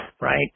right